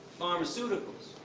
pharmaceuticals,